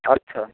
আচ্ছা